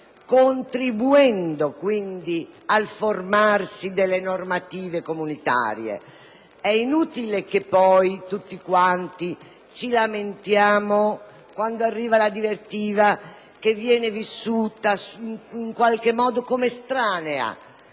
contribuendo quindi al formarsi delle normative comunitarie? È inutile poi che tutti ci lamentiamo quando giunge la direttiva, che viene vissuta in qualche modo come estranea,